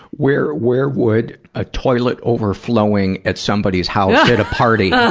where where would a toilet overflowing at somebody's house at a party?